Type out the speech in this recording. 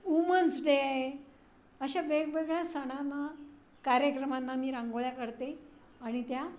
women's day अशा वेगवेगळ्या सणाना कार्यक्रमांना मी रांगोळ्या करते आणि त्या